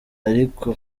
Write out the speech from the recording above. ariko